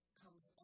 comes